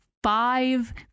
Five